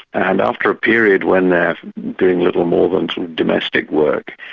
and after a period when they're doing little more than domestic work,